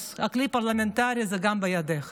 אז הכלי הפרלמנטרי גם בידך.